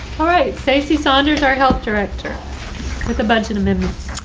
alright. stacy saunders, our health director with the budget amendments.